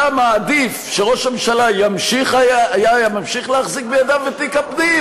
אתה מעדיף שראש הממשלה היה ממשיך להחזיק בידיו את תיק הפנים,